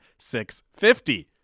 650